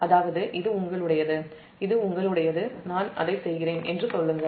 அதாவது இது உங்களுடையது நான் அதை செய்கிறேன் என்று சொல்லுங்கள்